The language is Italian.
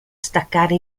staccare